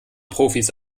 profis